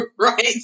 Right